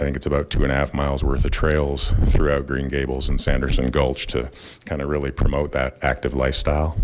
i think it's about two and a half miles worth of trails throughout green gables and sanderson gulch to kind of really promote that active lifestyle